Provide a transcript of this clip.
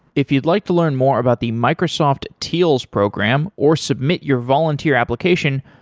if you'd like to learn more about the microsoft teals program, or submit your volunteer application,